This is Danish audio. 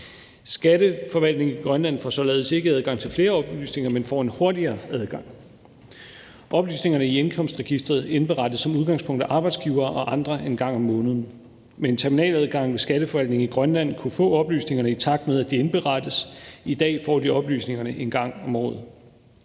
Skatteforvaltningen i Grønland får således ikke adgang til flere oplysninger, men får en hurtigere adgang. Oplysningerne i indkomstregisteret indberettes som udgangspunkt af arbejdsgivere og andre en gang om måneden, men terminaladgangen i skatteforvaltningen i Grønland kunne få oplysningerne, i takt med at de indberettes. I dag får de oplysningerne en gang om året.